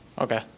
Okay